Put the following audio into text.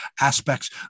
aspects